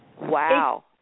wow